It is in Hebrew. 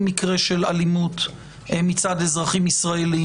מקרה של אלימות מצד אזרחים ישראלים,